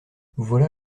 voilà